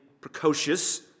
precocious